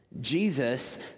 Jesus